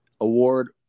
award